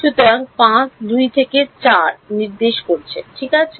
সুতরাং 5 2 থেকে 4 নির্দেশ করছে ঠিক আছে